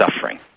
suffering